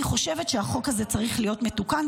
אני חושבת שהחוק הזה צריך להיות מתוקן,